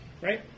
Right